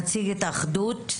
נציג התאחדות.